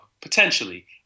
potentially